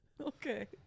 Okay